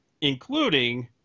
including